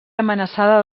amenaçada